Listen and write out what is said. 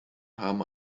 haben